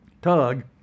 Tug